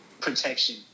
protection